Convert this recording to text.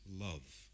love